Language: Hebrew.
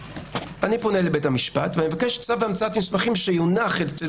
אני פונה לבית המשפט ואני מבקש צו המצאת מסמכים שיונח אצל